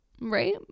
right